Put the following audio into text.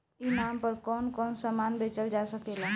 ई नाम पर कौन कौन समान बेचल जा सकेला?